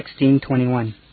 1621